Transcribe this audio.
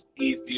easier